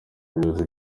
buyobozi